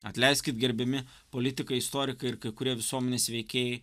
atleiskit gerbiami politikai istorikai ir kai kurie visuomenės veikėjai